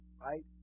right